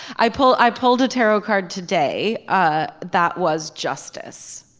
i pull i pulled a tarot card today. ah that was justice.